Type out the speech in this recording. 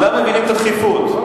כולם מבינים את הדחיפות,